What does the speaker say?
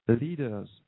leaders